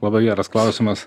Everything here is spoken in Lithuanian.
labai geras klausimas